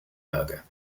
berger